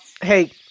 Hey